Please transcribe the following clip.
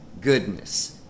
goodness